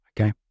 Okay